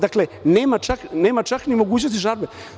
Dakle, nema čak ni mogućnosti žalbe.